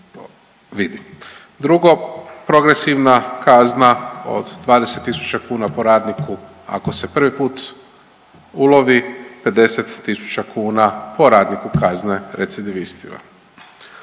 Drugo, progresivna kazna od 20 tisuća kuna po radniku ako se prvi put ulovi, 50 tisuća kuna po radniku kazne recidivistima.